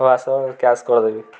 ହଉ ଆସ କ୍ୟାସ୍ କରିଦେବି